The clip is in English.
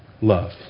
love